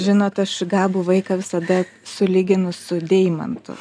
žinot aš gabų vaiką visada sulyginu su deimantu